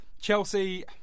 Chelsea